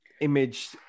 image